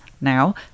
now